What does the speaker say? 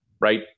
right